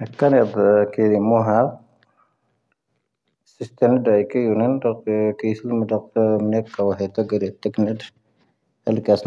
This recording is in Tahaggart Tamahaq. ⵀⴰⵇⵇⴰⵏ ⵜⴰⴽⵉ ⵎⵓⵀⴰ ⵙⵉⵙⵜⴰⵏ ⴷⴰⴽⴻ ⴽⵉⴻⵙⵉ ⵎⵓⴷⴰⵇⴰ ⵀⵔⴻⵜⵉⴳⴻⵏⴻ ⵡⴰⵍⴽⴰⵙ ⵀⴻ ⵜⴰⴳⴰⵏⵙⴰ ⵜⴰⵏⴰⴷⴻ ⵇⴰⵀⵉ ⴽⴰⵀⴰⵡⴰⵙ